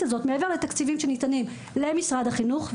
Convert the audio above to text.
הזאת מעבר לתקציבים שניתנים למשרד החינוך.